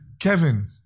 Kevin